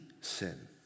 sin